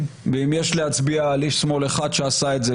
ואם יש להצביע על איש שמאל אחד שעשה את זה,